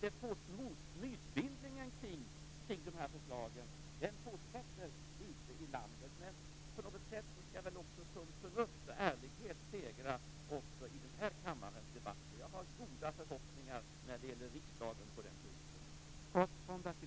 Det förslag som nu ligger på riksdagens bord är alltså försvarspolitiskt och försvarsekonomiskt motiverat, ingenting annat.